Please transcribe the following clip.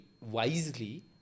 wisely